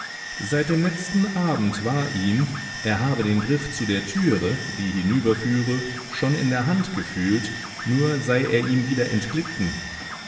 seit dem letzten abend war ihm er habe den griff zu der türe die hinüberführe schon in der hand gefühlt nur sei er ihm wieder entglitten